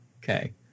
okay